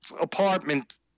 apartment